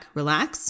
relax